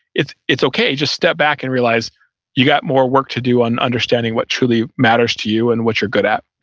it's it's okay, just step back and realize you've got more work to do on understanding what truly matters to you and what you're good at.